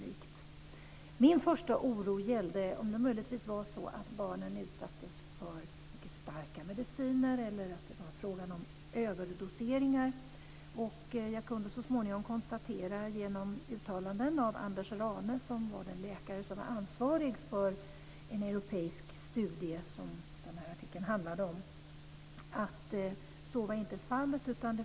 Min första oro gällde om det möjligtvis var så att barnen utsattes för mycket starka mediciner eller att det var frågan om överdoseringar. Jag kunde så småningom konstatera genom uttalanden av Anders Rane, som var den läkare som var ansvarig för en europeisk studie som artikeln handlade om, att så var inte fallet.